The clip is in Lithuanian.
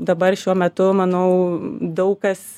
dabar šiuo metu manau daug kas